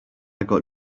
got